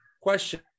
question